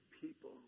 people